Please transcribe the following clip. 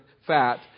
fat